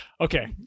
okay